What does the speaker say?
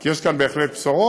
כי יש כאן בהחלט בשורות,